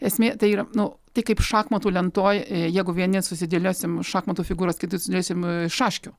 esmė tai yra nu tai kaip šachmatų lentoj jeigu vieni susidėliosim šachmatų figūras kiti sudėliosim šaškių